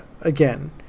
again